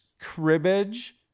Cribbage